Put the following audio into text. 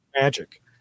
magic